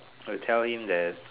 I will tell him that